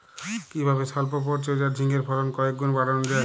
কিভাবে সল্প পরিচর্যায় ঝিঙ্গের ফলন কয়েক গুণ বাড়ানো যায়?